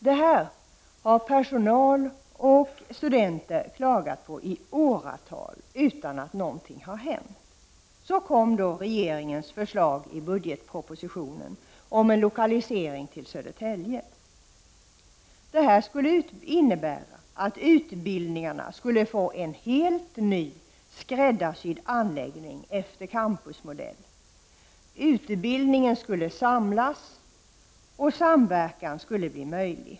Detta har personal och studenter klagat på i åratal utan att något hänt. Så kom då regeringens förslag i budgetpropositionen om lokalisering till Södertälje. Detta skulle innebära att utbildningarna skulle få en helt ny, skräddarsydd anläggning efter campusmodell. Utbildningen skulle samlas och samverkan bli möjlig.